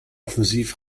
offensiv